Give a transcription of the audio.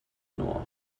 noir